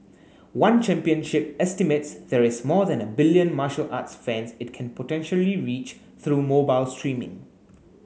one Championship estimates there is more than a billion martial arts fans it can potentially reach through mobile streaming